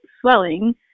swelling